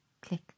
click